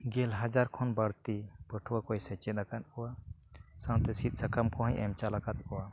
ᱜᱮᱞ ᱦᱟᱡᱟᱨ ᱠᱷᱚᱱ ᱵᱟᱹᱲᱛᱤ ᱯᱟᱴᱷᱩᱣᱟᱹ ᱠᱚᱭ ᱥᱮᱪᱮᱫ ᱟᱠᱟᱫ ᱠᱚᱣᱟ ᱥᱟᱶᱛᱮ ᱥᱤᱫ ᱥᱟᱠᱟᱢ ᱠᱚᱸᱦᱚᱭ ᱮᱢ ᱪᱟᱞ ᱟᱠᱟᱫ ᱠᱚᱣᱟ